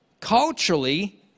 Culturally